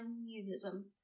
communism